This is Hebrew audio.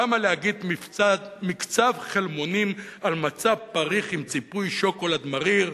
למה להגיד: מקצף חלבונים על מצע פריך עם ציפוי שוקולד מריר?